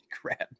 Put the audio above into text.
crap